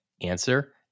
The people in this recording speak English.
Answer